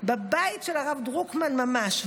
של הרב דרוקמן ממש.